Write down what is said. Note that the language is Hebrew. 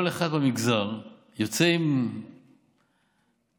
כל אחד במגזר יוצא עם תת-מקלע,